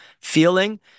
feeling